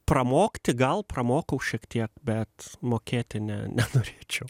pramokti gal pramokau šiek tiek bet mokėti ne nenorėčiau